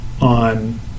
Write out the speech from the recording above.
on